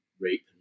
rape